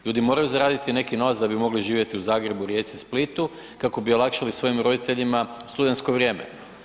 Ljudi moraju zaraditi neki novac da bi mogli živjeti u Zagrebu, Rijeci, Splitu kako bi olakšali svojim roditeljima studentsko vrijeme.